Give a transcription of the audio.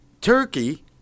Turkey